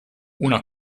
una